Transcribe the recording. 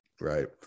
right